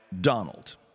Donald